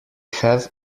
have